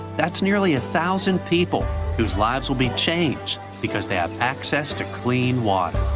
that's nearly a thousand people who's lives will be changed because they have access to clean water.